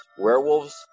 werewolves